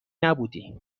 نبودی